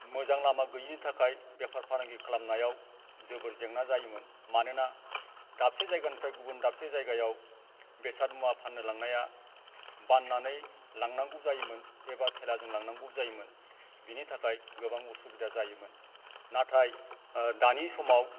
मोजां लामा गैयिनि थाखाय बेफार फालांगि खालामनायाव जोबोर जेंना जायोमोन मानोना दाबसे जायगानिफ्राय गुबुन दाबसे जायगायाव बेसाद मुवा फाननो लांनाया बाननानै लांनांगौ जायोमोन एबा थेलाजों लांनांगौ जायोमोन बिनि थाखाय गोबां असुबिदा जायोमोन नाथाय दानि समाव